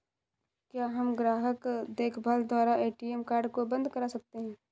क्या हम ग्राहक देखभाल द्वारा ए.टी.एम कार्ड को बंद करा सकते हैं?